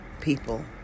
people